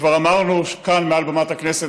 כבר אמרנו כאן מעל במת הכנסת,